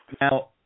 Now